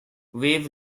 wave